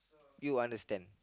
you understand